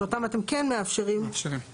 שאותם אתם כן מאפשרים לייבא.